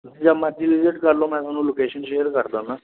ਤੁਸੀਂ ਜਦ ਮਰਜ਼ੀ ਵਿਜ਼ਿਟ ਕਰਲੋ ਮੈਂ ਤੁਹਾਨੂੰ ਲੋਕੇਸ਼ਨ ਸ਼ੇਅਰ ਕਰ ਦਿੰਦਾ